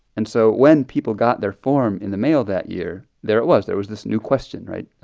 and so when people got their form in the mail that year, there it was. there was this new question right?